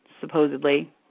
supposedly